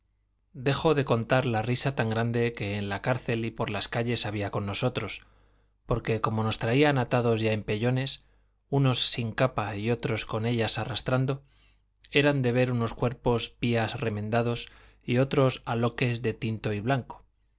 dejo de contar la risa tan grande que en la cárcel y por las calles había con nosotros porque como nos traían atados y a empellones unos sin capas y otros con ellas arrastrando eran de ver unos cuerpos pías remendados y otros aloques de tinto y blanco